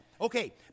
Okay